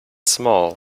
small